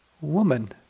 woman